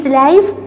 life